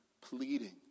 pleading